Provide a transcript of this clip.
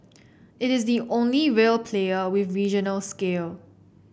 it is the only real player with regional scale